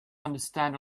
understand